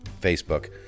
Facebook